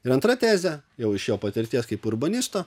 ir antra tezė jau iš jo patirties kaip urbanisto